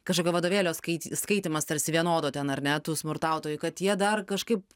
kažkokio vadovėlio skait skaitymas tarsi vienodo ten ar ne tų smurtautojų kad jie dar kažkaip